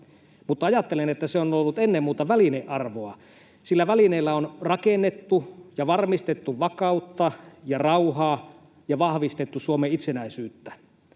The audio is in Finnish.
mutta ajattelen, että sillä on ollut ennen muuta välinearvoa. Sillä välineellä on rakennettu ja varmistettu vakautta ja rauhaa ja vahvistettu Suomen itsenäisyyttä.